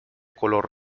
color